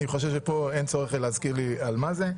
אני חושב שפה אין צורך להזכיר לי על מה זה: